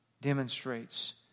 demonstrates